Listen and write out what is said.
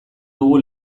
dugu